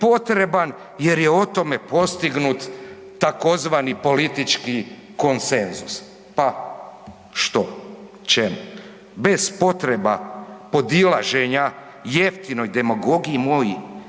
jer je o tome postignut tzv. politički konsenzus. Pa što, čemu? Bez potreba podilaženja jeftinoj demagogiji, moj